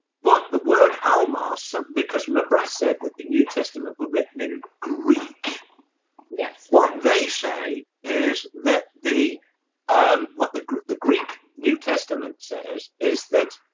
but the word almar sunk because remember i said that the new testament were written in greek yes, what they say is that the um what the group the greek new testament says is that?